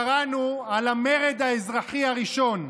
קראנו על המרד האזרחי הראשון.